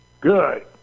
Good